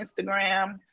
Instagram